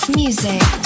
music